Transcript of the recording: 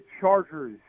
Chargers